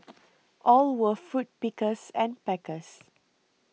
all were fruit pickers and packers